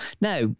now